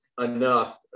enough